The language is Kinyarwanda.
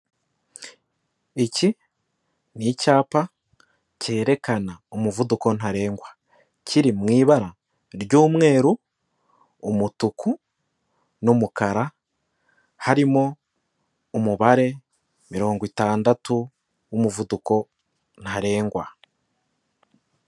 Iki ni icyapa cyerekana umuvuduko ntarengwa, kiri mu ibara ry'umweru, umutuku n'umukara, harimo umubare mirongo itandatu w'umuvuduko ntarengwa.